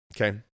okay